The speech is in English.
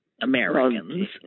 Americans